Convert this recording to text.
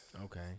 Okay